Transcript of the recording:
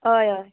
हय हय